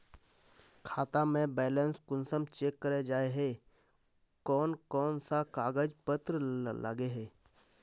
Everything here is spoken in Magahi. खाता में बैलेंस कुंसम चेक करे जाय है कोन कोन सा कागज पत्र लगे है?